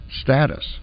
status